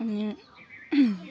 अनि